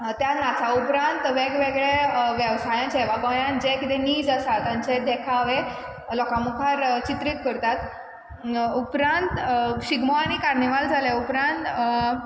त्या नाचा उपरांत वेगवेगळ्या वेवसायाचे वा गोंयान जे कितें नीज आसा तेंचे देखावे लोकां मुखार चित्रीत करतात उपरांत शिगमो आनी कार्निवाल जाल्या उपरांत